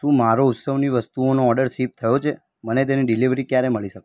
શું મારો ઉત્સવની વસ્તુઓનો ઑર્ડર શિપ થયો છે મને તેની ડિલિવરી ક્યારે મળી શકે